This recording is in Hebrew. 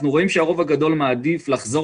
אנחנו רואים שהרוב הגדול מעדיף לחזור